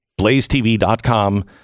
Blazetv.com